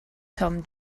tom